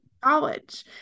college